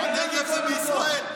הנגב זה בישראל.